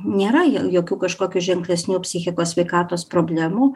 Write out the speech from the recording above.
nėra jo jokių kažkokių ženklesnių psichikos sveikatos problemų